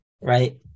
right